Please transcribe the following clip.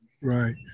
right